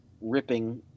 ripping